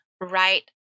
right